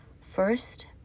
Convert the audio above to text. first